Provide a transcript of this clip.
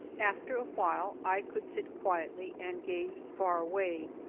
after a while i could sit quietly and gaze far away.